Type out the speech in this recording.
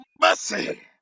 mercy